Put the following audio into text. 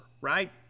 right